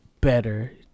better